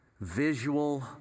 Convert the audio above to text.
visual